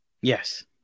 Yes